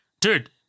dude